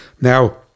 now